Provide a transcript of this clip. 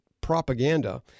propaganda